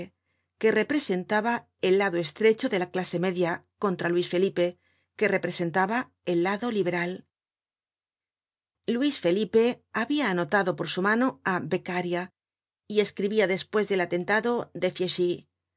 que representaba el lado estrecho de la clase media contra luis felipe que representaba el lado liberal luis felipe habia anotado por su mano á beccaria y escribia despues del atentado de fieschi